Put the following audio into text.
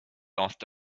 laughed